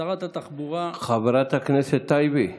שרת התחבורה, חברת הכנסת טייבי,